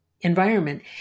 environment